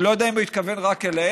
אני לא יודע אם הוא התכוון רק אליהם